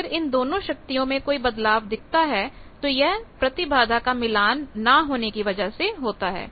अगर इन दोनों शक्तियों में कोई बदलाव दिखता है तो यह प्रतिबाधा का मिलान ना होने की वजह से होता है